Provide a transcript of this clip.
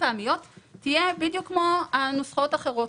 פעמיות תהיה בדיוק כמו הנוסחאות האחרות,